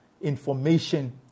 information